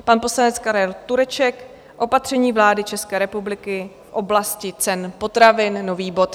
Pan poslanec Karel Tureček Opatření vlády České republiky v oblasti cen potravin, nový bod.